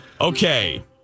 okay